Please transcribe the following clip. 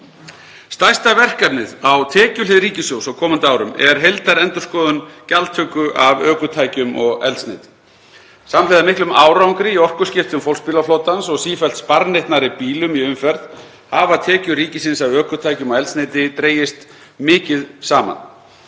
Stærsta verkefnið á tekjuhlið ríkissjóðs á komandi árum er heildarendurskoðun gjaldtöku af ökutækjum og eldsneyti. Samhliða miklum árangri í orkuskiptum fólksbílaflotans og sífellt sparneytnari bílum í umferð hafa tekjur ríkisins af ökutækjum og eldsneyti dregist mikið saman.